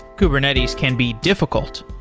kubernetes can be difficult.